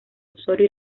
osorio